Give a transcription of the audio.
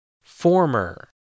Former